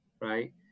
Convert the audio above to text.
right